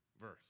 verse